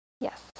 Yes